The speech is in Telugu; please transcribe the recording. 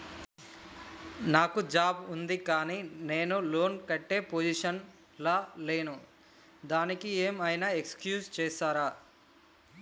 నాకు జాబ్ ఉంది కానీ నేను లోన్ కట్టే పొజిషన్ లా లేను దానికి ఏం ఐనా ఎక్స్క్యూజ్ చేస్తరా?